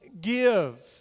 give